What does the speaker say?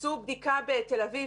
עשו בדיקה בתל אביב,